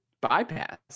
bypass